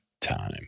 time